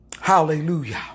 Hallelujah